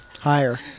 Higher